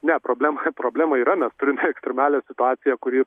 ne problema problema yra mes turime ekstremalią situaciją kuri